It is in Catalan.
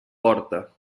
porta